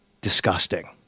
disgusting